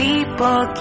People